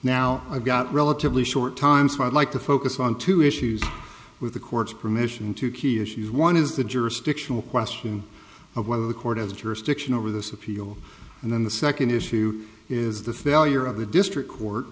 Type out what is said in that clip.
now i've got relatively short time so i'd like to focus on two issues with the court's permission to key issues one is the jurisdictional question of whether the court has jurisdiction over this appeal and then the second issue is the failure of the district court